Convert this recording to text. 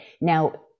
Now